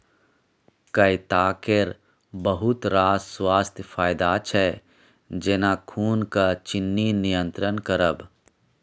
कैता केर बहुत रास स्वास्थ्य फाएदा छै जेना खुनक चिन्नी नियंत्रण करब